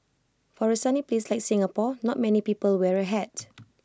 for A sunny place like Singapore not many people wear A hat